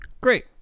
great